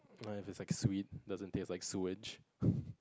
nah if it's like sweet doesn't taste like sewage